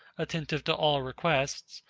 attentive to all requests,